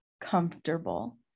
comfortable